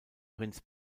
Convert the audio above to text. prinz